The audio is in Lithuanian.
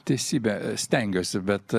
teisybę stengiuosi bet